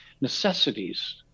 necessities